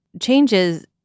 changes